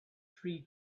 three